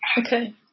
Okay